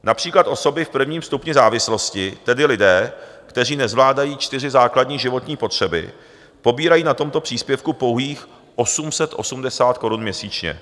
Například osoby v prvním stupni závislosti, tedy lidé, kteří nezvládají čtyři základní životní potřeby, pobírají na tomto příspěvku pouhých 880 korun měsíčně.